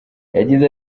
yagize